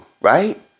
right